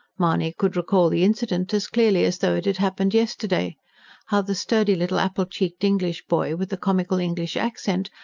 mahony could recall the incident as clearly as though it had happened yesterday how the sturdy little apple-cheeked english boy, with the comical english accent,